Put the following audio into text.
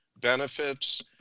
benefits